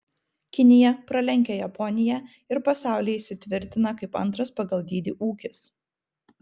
kinija pralenkia japoniją ir pasaulyje įsitvirtina kaip antras pagal dydį ūkis